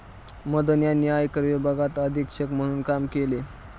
मदन यांनी आयकर विभागात अधीक्षक म्हणून काम केले